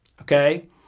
Okay